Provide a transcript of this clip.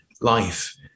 life